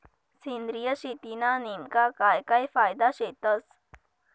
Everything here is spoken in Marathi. सेंद्रिय शेतीना नेमका काय काय फायदा शेतस?